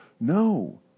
No